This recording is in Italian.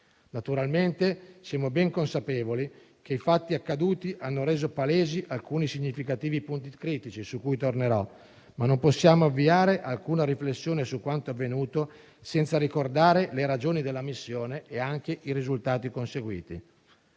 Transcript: Naturalmente, siamo ben consapevoli che i fatti accaduti hanno reso palesi alcuni significativi punti critici, su cui tornerò, ma non possiamo avviare alcuna riflessione su quanto avvenuto senza ricordare le ragioni della missione e anche i risultati conseguiti.